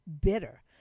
bitter